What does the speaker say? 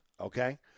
okay